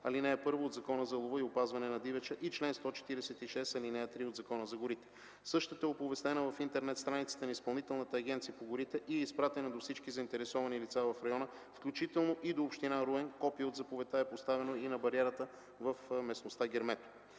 ал. 1 от Закона за лова и опазване на дивеча и чл. 146, ал. 3 от Закона за горите. Същата е оповестена в интернет страницата на Изпълнителната агенция по горите и е изпратена до всички заинтересовани лица в района, включително и до община Руен. Копие от заповедта е поставена и на бариерата в местността „Гермето”.